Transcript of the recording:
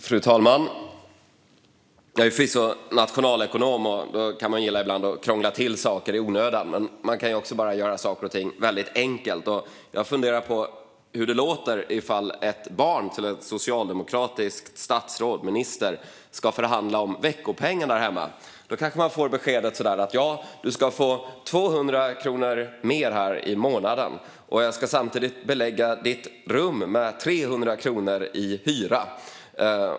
Fru talman! Jag är nationalekonom, och då kan man ibland gilla att krångla till saker i onödan. Men man kan också göra saker och ting väldigt enkelt. Jag funderar på hur det kan låta om ett barn till ett socialdemokratiskt statsråd eller en minister ska förhandla om veckopengen där hemma. Då kanske barnet får beskedet: "Du ska få 200 kronor mer i månaden, och samtidigt ska jag belägga ditt rum med 300 kronor i hyra."